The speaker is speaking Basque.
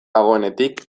dagoenetik